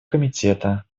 комитета